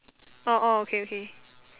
orh orh okay okay